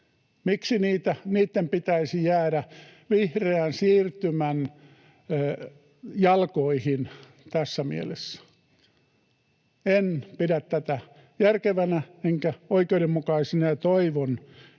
Miksi niitten pitäisi jäädä vihreän siirtymän jalkoihin tässä mielessä? En pidä tätä järkevänä enkä oikeudenmukaisena, ja toivon,